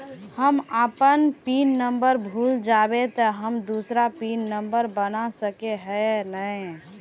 हम अपन pin number भूल जयबे ते हम दूसरा पिन नंबर बना सके है नय?